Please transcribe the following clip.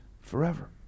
forever